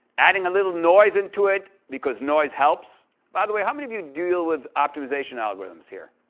adding a little noise into it, because noise helps by the way, how many of you deal with optimization algorithms here?